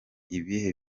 ibihe